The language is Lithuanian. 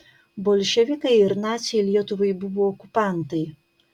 bolševikai ir naciai lietuvai buvo okupantai